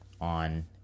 on